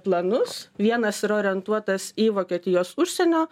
planus vienas yra orientuotas į vokietijos užsienio